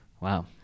wow